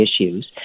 issues